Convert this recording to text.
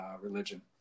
religion